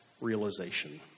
realization